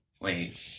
Wait